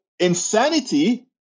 Insanity